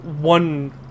one